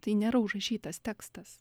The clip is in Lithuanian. tai nėra užrašytas tekstas